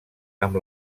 amb